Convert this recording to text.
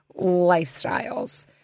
lifestyles